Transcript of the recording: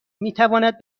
میتواند